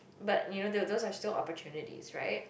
but you know tho~ those are still opportunities right